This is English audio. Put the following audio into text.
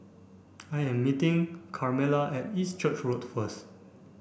I am meeting Carmela at East Church Road first